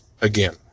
again